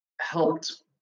helped